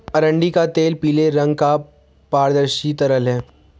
अरंडी का तेल पीले रंग का पारदर्शी तरल है